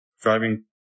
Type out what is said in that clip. driving